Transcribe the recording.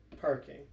parking